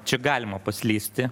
čia galima paslysti